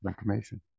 information